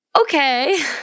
okay